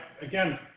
again